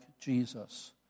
Jesus